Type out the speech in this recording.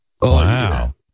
wow